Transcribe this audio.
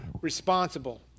responsible